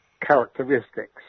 characteristics